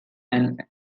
and